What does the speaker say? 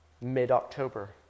mid-October